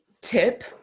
tip